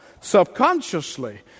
Subconsciously